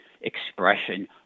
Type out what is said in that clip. expression